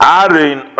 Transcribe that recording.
Aaron